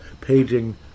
paging